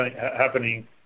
happening